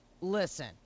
Listen